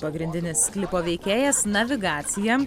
pagrindinis klipo veikėjas navigacija